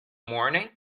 morning